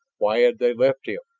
why had they left him?